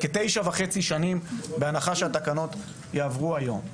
כתשע וחצי שנים בהנחה שהתקנות יעברו היום.